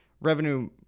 revenue